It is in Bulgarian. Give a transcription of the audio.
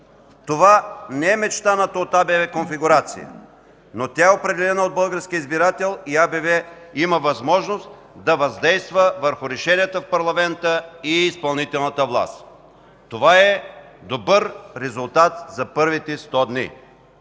Това не е мечтаната от АБВ конфигурация, но тя е определена от българския избирател и АБВ има възможност да въздейства върху решенията в парламента и изпълнителната власт. Това е добър резултат за първите 100 дни.